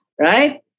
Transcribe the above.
Right